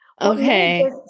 Okay